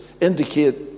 indicate